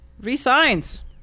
resigns